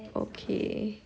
okay